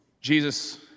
Jesus